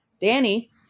Danny